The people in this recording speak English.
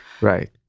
Right